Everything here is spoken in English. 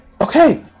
okay